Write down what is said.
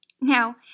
Now